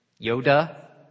Yoda